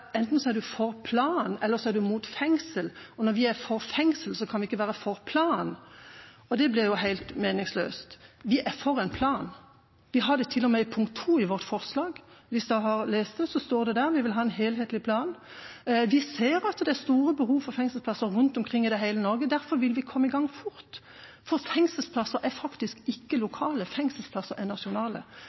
for plan. Det blir jo helt meningsløst. Vi er for en plan. Vi har det til og med i vårt forslag 2. Hvis dere har lest det, står det der: Vi vil ha «en helhetlig plan». Vi ser at det er store behov for fengselsplasser rundt omkring i hele Norge. Derfor vil vi komme i gang fort. Fengselsplasser er faktisk ikke lokale; fengselsplasser er nasjonale.